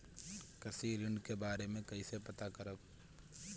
कृषि ऋण के बारे मे कइसे पता करब?